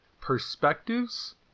perspectives